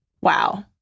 Wow